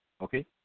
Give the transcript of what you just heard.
Okay